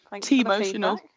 T-emotional